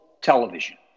television